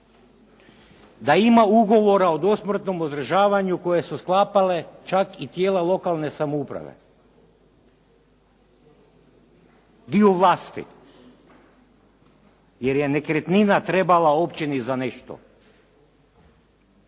da ima ugovora o dosmrtnom uzdržavanju koje su sklapale čak i tijela lokalne samouprave, dio vlasti jer je nekretnina trebala općini za nešto.